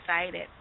excited